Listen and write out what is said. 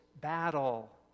battle